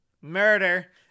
Murder